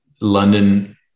London